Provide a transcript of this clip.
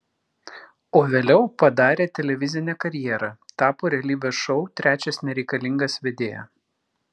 o vėliau padarė televizinę karjerą tapo realybės šou trečias nereikalingas vedėja